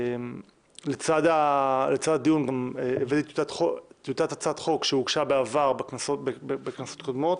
לצד הדיון גם הבאתי טיוטת הצעת חוק שהוגשה בעבר בכנסות קודמות,